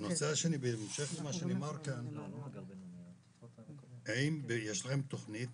והנושא השני, בהמשך למה שנאמר כאן, האם יש תוכנית